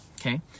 okay